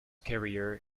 career